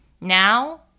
now